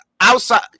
outside